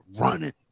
running